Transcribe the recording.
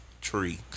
tree